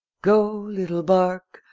go, little bark,